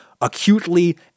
acutely